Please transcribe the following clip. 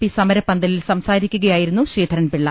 P സമരപ്പന്തലിൽ സംസാരിക്കുകയായിരുന്നു ശ്രീധരൻപി ള്ള